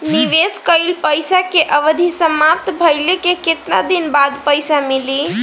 निवेश कइल पइसा के अवधि समाप्त भइले के केतना दिन बाद पइसा मिली?